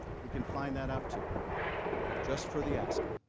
we can find that out too just for the asking.